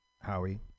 Howie